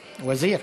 וזיר.